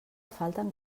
falten